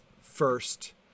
first